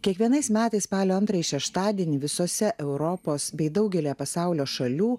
kiekvienais metais spalio antrąjį šeštadienį visose europos bei daugelyje pasaulio šalių